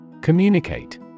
Communicate